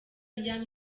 rya